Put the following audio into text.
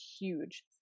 huge